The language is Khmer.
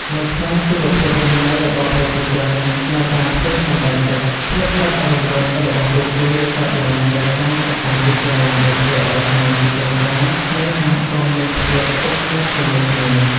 នៅក្នុងជីវភាពរស់នៅរបស់ប្រជាជននៅតាមផ្ទះអណ្ដែតទឹក ភាពស្អិតរមួតរបស់ពួកគេកើតឡើងដោយសារកត្តាជាច្រើនដែលធ្វើឲ្យសមាជិកគ្រួសារ និងសហគមន៍មានភាពជិតស្និទ្ធជាមួយគ្នា។